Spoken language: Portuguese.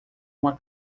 uma